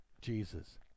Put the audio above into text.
Jesus